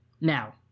now